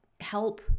help